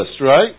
right